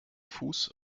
fuß